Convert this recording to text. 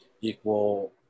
equal